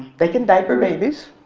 they can diaper babies